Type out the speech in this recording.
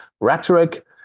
rhetoric